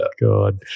God